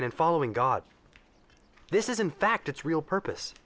in and following god this is in fact its real purpose